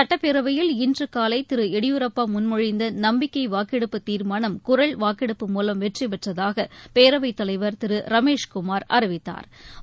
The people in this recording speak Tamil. சுட்டப்பேரவையில் இன்றுகாலைதிருஎடியூரப்பாமுன்மொழிந்தநம்பிக்கைவாக்கெடுப்பு தீர்மானம் குரல் வாக்கெடுப்பு மூலம் வெற்றிபெற்றதாகபேரவைத் தலைவர் திருரமேஷ்குமாா் அறிவித்தாா்